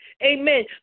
Amen